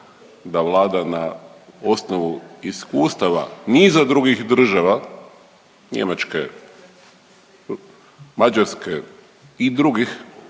da Vlada na osnovu iskustava niza drugih država Njemačke, Mađarske i drugih